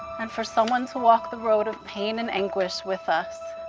and for someone to walk the road of pain and anguish with us.